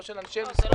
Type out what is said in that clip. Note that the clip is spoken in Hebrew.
לא של אנשי משרדו.